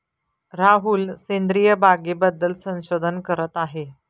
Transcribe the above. राहुल सेंद्रिय बागेबद्दल संशोधन करत आहे